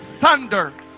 thunder